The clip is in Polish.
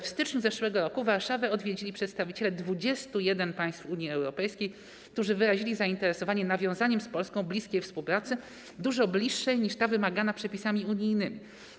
W styczniu zeszłego roku Warszawę odwiedzili przedstawiciele 21 państw Unii Europejskiej, którzy wyrazili zainteresowanie nawiązaniem z Polską bliskiej współpracy, dużo bliższej niż ta wymagana przepisami unijnymi.